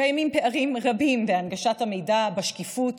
קיימים פערים רבים בהנגשת המידע, בשקיפות